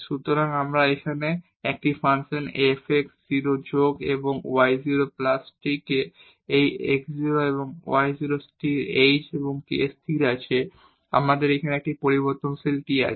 সুতরাং এখানে এই ফাংশন fx 0 যোগ এবং y 0 প্লাস tk এই x 0 এবং y 0 স্থির h এবং k স্থির আছে আমাদের এখানে একটি পরিবর্তনশীল t আছে